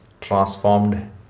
transformed